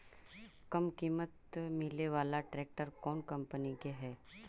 कम किमत पर मिले बाला ट्रैक्टर कौन कंपनी के है?